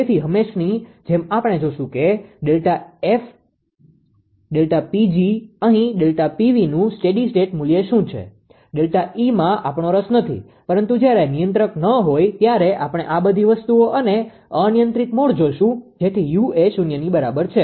તેથી હંમેશની જેમ આપણે જોશું કે ΔF ΔPg અહી ΔPv નું સ્ટેડી સ્ટેટ મૂલ્ય શું છે ΔEમાં આપણો રસ નથી પરંતુ જ્યારે નિયંત્રક ન હોય ત્યારે આપણે આ બધી વસ્તુઓ અને અનિયંત્રિત મોડ જોશું જેથી u એ શૂન્યની બરાબર છે